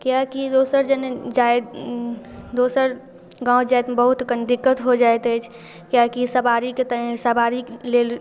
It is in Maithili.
कियाकि दोसरजना जाए दोसर गाम जाएमे बहुत कनि दिक्कत हो जाइत अछि कियाकि सवारीके तेँ सवारी लेल